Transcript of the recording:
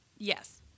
yes